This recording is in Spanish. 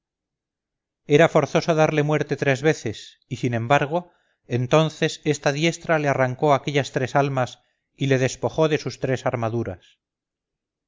era forzoso darle muerte tres veces y sin embargo entonces esta diestra le arrancó aquellas tres almas y le despojó de sus tres armaduras